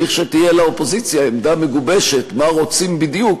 לכשתהיה לאופוזיציה עמדה מגובשת מה רוצים בדיוק,